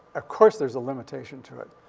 of course, there's a limitation to it.